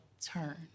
turn